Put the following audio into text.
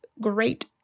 great